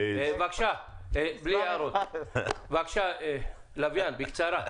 בבקשה, לביאן, בקצרה.